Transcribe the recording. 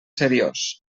seriós